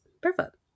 perfect